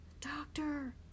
doctor